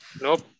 Nope